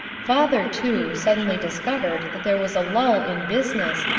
father, too, suddenly discovered that there was a lull in business,